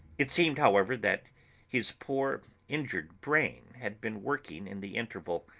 it seemed, however, that his poor injured brain had been working in the interval,